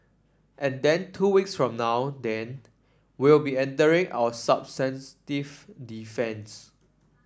and then two weeks from now then we'll be entering our substantive defence